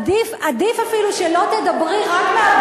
עדיף אפילו שלא תדברי רק מהבושה.